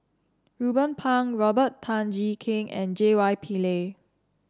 Ruben Pang Robert Tan Jee Keng and J Y Pillay